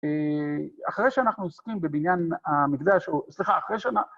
אחרי שאנחנו עוסקים בבניין המקדש, או סליחה, אחרי שאנחנו...